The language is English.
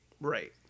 Right